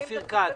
אופיר כץ, בבקשה.